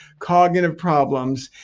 cognitive problems.